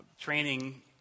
training